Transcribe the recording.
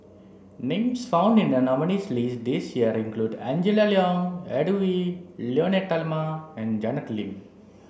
names found in the nominees' list this year include Angela Liong Edwy Lyonet Talma and Janet Lim